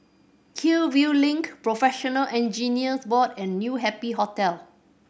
Hillview Link Professional Engineers Board and New Happy Hotel